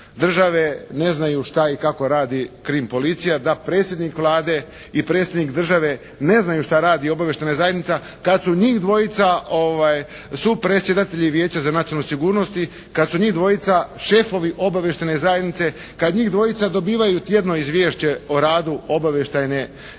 ne znaju šta i kako radi krim policija, da predsjednik Vlade i predsjednik države ne znaju šta radi Obavještajna zajednica kad su njih dvojica, su predsjedatelji Vijeća za nacionalnu sigurnost i kad su njih dvojica šefovi Obavještajne zajednice, kad njih dvojica dobivaju tjedno izvješće o radu Obavještajne zajednice